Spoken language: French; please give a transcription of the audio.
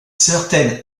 certaine